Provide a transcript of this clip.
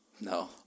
no